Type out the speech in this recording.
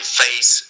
face